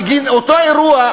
בגין אותו אירוע,